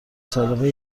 سلیقه